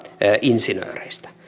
insinööreistä